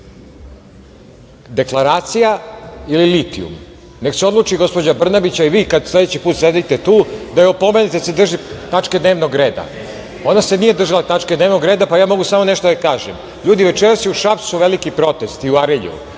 deklaracija ili litijum? Neka se odluči gospođa Brnabić, a i vi kada sledeći put sedite tu, da je opomenete da se drži tačke dnevnog reda. Ona se nije držala tačke dnevnog reda, pa ja mogu samo nešto da joj kažem. Ljudi, večeras je u Šapcu veliki protest i u Arilju.